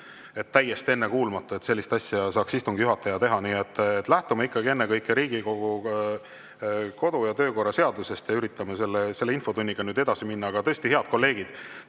ka täiesti ennekuulmatu, et sellist asja saaks istungi juhataja teha. Nii et lähtume ikkagi ennekõike Riigikogu kodu‑ ja töökorra seadusest ja üritame selle infotunniga nüüd edasi minna. Aga tõesti, head kolleegid,